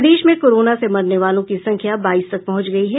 प्रदेश में कोरोना से मरने वालों की संख्या बाईस तक पहुंच गयी है